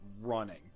running